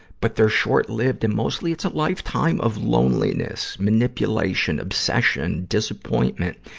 but they're short-lived, and mostly it's a lifetime of loneliness, manipulation, obsession, disappointment.